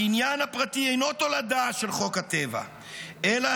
הקניין הפרטי אינו תולדה של חוק הטבע אלא